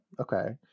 okay